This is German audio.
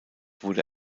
wurde